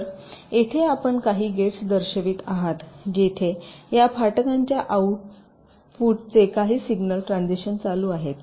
तर येथे आपण काही गेट्स दर्शवित आहात जिथे या फाटकांच्या आउटपुटचे काही सिग्नल ट्रान्झिशन चालू आहेत